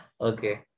Okay